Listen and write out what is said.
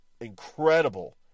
incredible